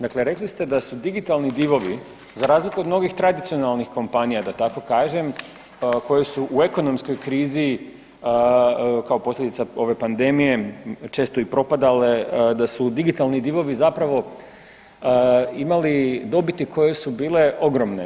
Dakle rekli ste da su digitalni divovi za razliku od mnogih tradicionalnih kompanija da tako kažem koji su u ekonomskoj krizi kao posljedica ove pandemije često i prodale, da su digitalni divovi zapravo imali dobiti koje su bile ogromne.